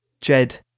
Jed